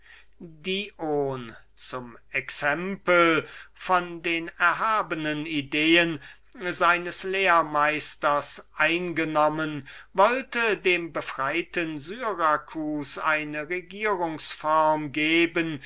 habe dion zum exempel von den erhabenen ideen seines lehrmeisters eingenommen wollte dem befreiten syracus eine regierungs form geben